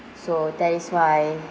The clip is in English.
so that is why